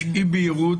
יש אי בהירות.